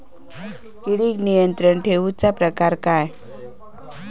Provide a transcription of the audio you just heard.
किडिक नियंत्रण ठेवुचा प्रकार काय?